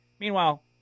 Meanwhile